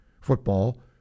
football